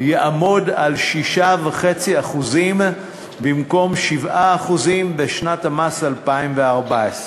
יעמוד על 6.5% במקום 7% בשנת המס 2014,